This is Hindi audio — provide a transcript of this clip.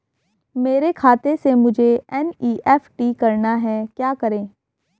मेरे खाते से मुझे एन.ई.एफ.टी करना है क्या करें?